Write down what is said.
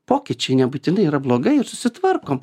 pokyčiai nebūtinai yra blogai ir susitvarkom